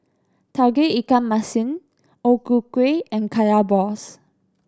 Tauge Ikan Masin O Ku Kueh and Kaya balls